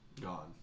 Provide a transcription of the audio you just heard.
Gone